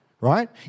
right